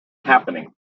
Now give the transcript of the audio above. happening